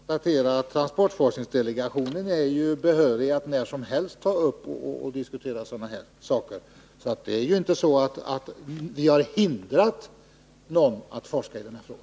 Fru talman! Låt mig bara konstatera att transportforskningsdelegationen är behörig att när som helst ta upp och diskutera sådana här saker. Vi har inte hindrat någon från att forska i denna fråga.